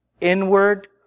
inward